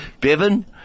Bevan